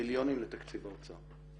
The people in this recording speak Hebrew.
מיליונים לתקציב האוצר.